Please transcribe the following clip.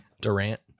Durant